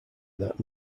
that